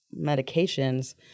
medications